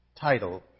title